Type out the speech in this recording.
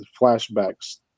flashbacks